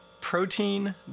Protein